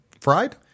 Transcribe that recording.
Fried